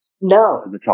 No